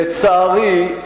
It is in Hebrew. לצערי,